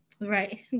Right